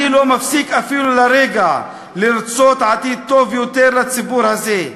אני לא מפסיק אפילו לרגע לרצות עתיד טוב יותר לציבור הזה,